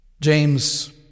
James